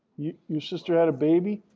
your sister had a baby.